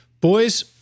Boys